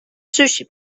sushi